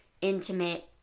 intimate